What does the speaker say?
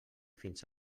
fins